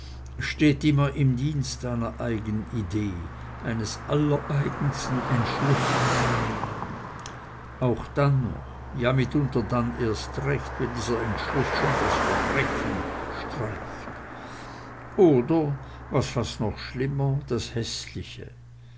steht immer im dienst einer eigenidee eines allereigensten entschlusses auch dann noch ja mitunter dann erst recht wenn dieser entschluß schon das verbrechen streift oder was fast noch schlimmer das häßliche